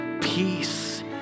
peace